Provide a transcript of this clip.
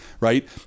right